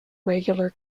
regular